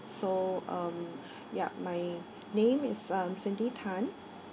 so um ya my name is uh cindy tan